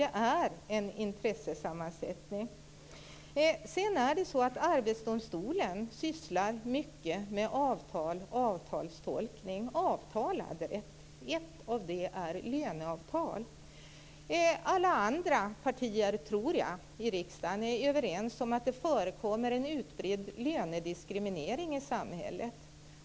Det är en intressesammansättning. Arbetsdomstolen sysslar mycket med avtal och avtalstolkning. Det gäller avtalad rätt. Ett exempel är löneavtal. I alla andra partier i riksdagen tror jag man är överens om att det förekommer en utbredd lönediskriminering i samhället.